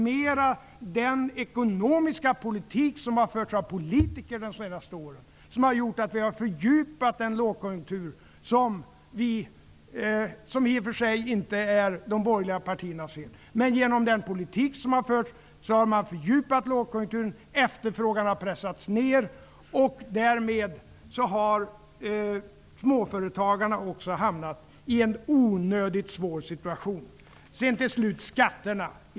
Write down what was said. Genom den ekonomiska politik som förts under de senaste åren har lågkonjunkturen -- som i och för sig inte är de borgerliga partierna fel -- fördjupats, och efterfrågan har pressats ned. Därmed har småföretagarna också hamnat i en onödigt svår situation. Till frågan om skatterna.